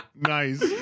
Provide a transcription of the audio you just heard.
Nice